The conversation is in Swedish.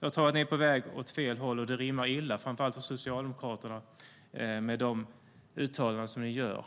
Jag tror att ni är på väg åt fel håll, och det rimmar illa - framför allt när det gäller Socialdemokraterna - med de uttalanden som ni gör